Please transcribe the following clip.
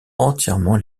entièrement